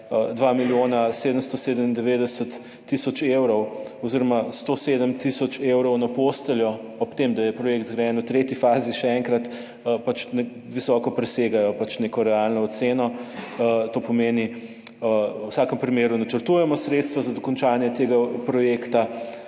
2 milijona 797 tisoč evrov oziroma 107 tisoč evrov na posteljo. Ob tem, da je projekt zgrajen do tretje faze, še enkrat, pač visoko presegajo neko realno oceno. To pomeni, v vsakem primeru načrtujemo sredstva za dokončanje tega projekta,